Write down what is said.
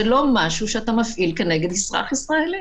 זה לא דבר שמפעילים כנגד אזרח ישראלי.